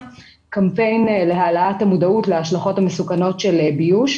קמפיין להעלאת המודעות להשלכות המסוכנות של ביוש,